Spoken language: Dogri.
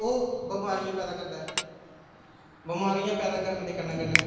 ओह् बमारियां पैदा करदा ऐ बमारियां पैदा करने दे कन्नै कन्नै